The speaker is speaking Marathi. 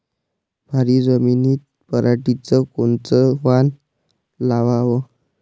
भारी जमिनीत पराटीचं कोनचं वान लावाव?